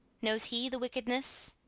knows he the wickedness?